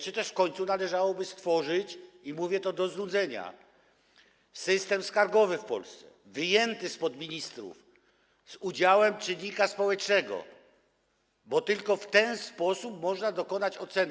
Może też w końcu należałoby stworzyć, i mówię to do znudzenia, system skargowy w Polsce wyjęty spod ministrów, z udziałem czynnika społecznego, bo tylko w ten sposób można dokonać oceny.